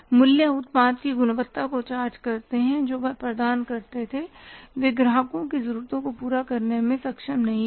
मूल्य उत्पाद की गुणवत्ता को चार्ज करते हैं जो वह प्रदान करते थे वे ग्राहकों की ज़रूरतों को पूरा करने में सक्षम नहीं थे